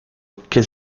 que